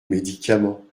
médicament